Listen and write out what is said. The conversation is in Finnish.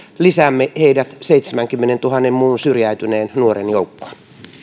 lisäämme heidät seitsemänkymmenentuhannen muun syrjäytyneen nuoren joukkoon